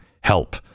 help